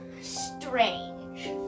strange